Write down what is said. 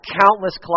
countless